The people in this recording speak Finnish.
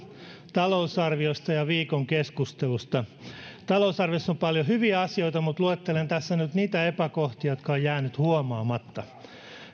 talousarviosta ja viikon keskustelusta talousarviossa on paljon hyviä asioita mutta luettelen tässä nyt niitä epäkohtia jotka ovat jääneet huomaamatta